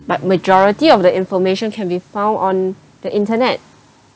but majority of the information can be found on the internet